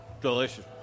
delicious